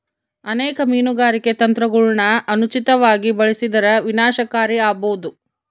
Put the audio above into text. ಅನೇಕ ಮೀನುಗಾರಿಕೆ ತಂತ್ರಗುಳನ ಅನುಚಿತವಾಗಿ ಬಳಸಿದರ ವಿನಾಶಕಾರಿ ಆಬೋದು